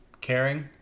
Caring